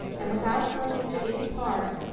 and, without clinging to any part,